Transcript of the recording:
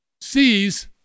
sees